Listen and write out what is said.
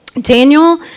Daniel